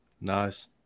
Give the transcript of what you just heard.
Nice